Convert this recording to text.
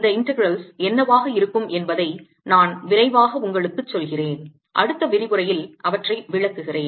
இந்த integrals என்னவாக இருக்கும் என்பதை நான் விரைவாக உங்களுக்கு சொல்கிறேன் அடுத்த விரிவுரையில் அவற்றை விளக்குகிறேன்